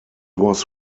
was